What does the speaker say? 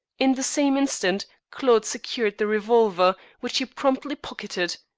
in the same instant claude secured the revolver, which he promptly pocketed.